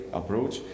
approach